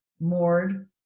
moored